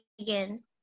again